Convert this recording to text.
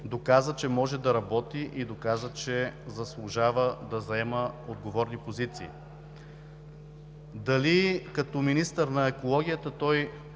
доказа, че може да работи, и доказа, че заслужава да заема отговорни позиции. Дали като министър на екологията той